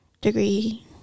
degree